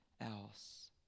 else